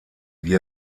die